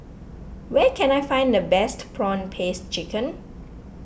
where can I find the best Prawn Paste Chicken